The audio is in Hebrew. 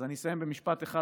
אז אני אסיים במשפט אחד,